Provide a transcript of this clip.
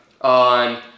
on